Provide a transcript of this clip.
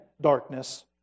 darkness